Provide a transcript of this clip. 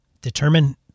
determine